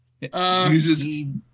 uses